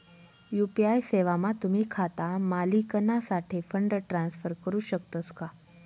UPI सेवामा तुम्ही खाता मालिकनासाठे फंड ट्रान्सफर करू शकतस का